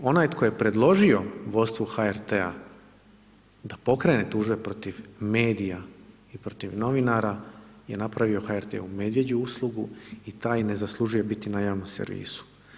Onaj tko je predložio vodstvu HRT-a da pokrene tužbe protiv medija, protiv medija je napravio HRT-u medvjeđu uslugu i taj ne zaslužuje biti na javnom servisu.